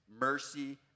mercy